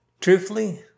Truthfully